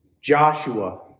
Joshua